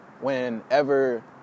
whenever